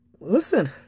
listen